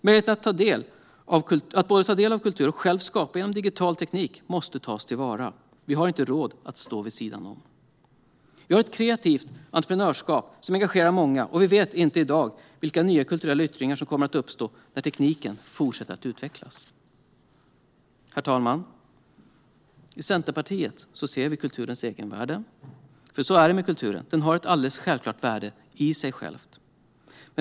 Möjligheten att både ta del av och själv skapa kultur genom digital teknik måste tas till vara. Vi har inte råd att stå vid sidan om. Vi har ett kreativt entreprenörskap som engagerar många, och vi vet inte i dag vilka nya kulturella yttringar som kommer att uppstå när tekniken fortsätter att utvecklas. Herr talman! I Centerpartiet ser vi kulturens egenvärde, för kulturen har ett självklart värde i sig själv.